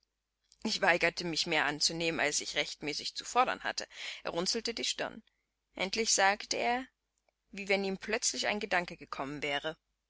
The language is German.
ich weigerte mich mehr anzunehmen als ich rechtmäßig zu fordern hatte er runzelte die stirn endlich sagte er wie wenn ihm plötzlich ein gedanke gekommen wäre